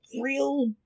real